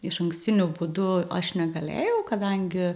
išankstiniu būdu aš negalėjau kadangi